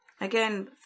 Again